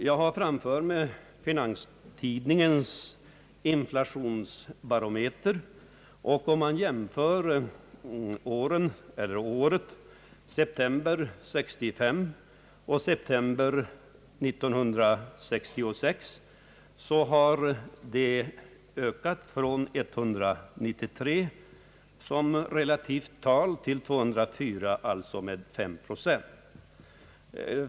Jag har framför mig Fi nanstidningens inflationsbarometer, och av den framgår att från september 1965 till september 1966 har jämförelsetalet ökat från 193 till 204, alltså med 5 procent.